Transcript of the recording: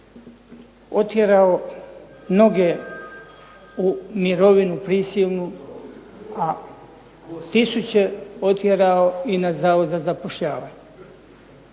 otjerao mnoge u mirovinu prisilnu, a tisuće otjerao i na Zavod za zapošljavanje.